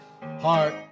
Heart